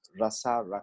rasa